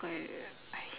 what you call it